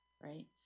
right